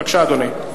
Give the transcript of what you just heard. בבקשה, אדוני.